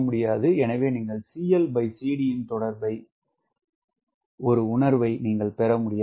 எனவே நீங்கள் ன் தொடர்பை உணர்வை நீங்கள் பெற முடியாது